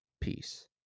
peace